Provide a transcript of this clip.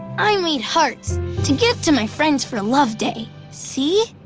i made hearts to give to my friends for love day. see?